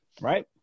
right